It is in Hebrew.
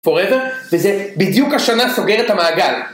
Forever, וזה בדיוק השנה סוגר את המעגל.